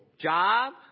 Job